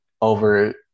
over